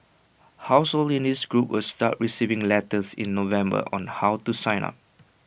households in this group will start receiving letters in November on how to sign up